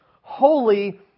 holy